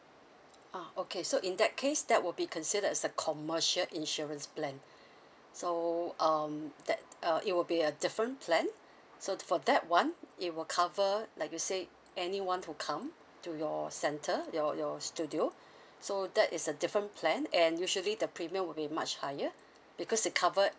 ah okay so in that case that would be considered as a commercial insurance plan so um that uh it will be a different plan so for that one it will cover like you say anyone who come to your centre your your studio so that is a different plan and usually the premium would be much higher because it covered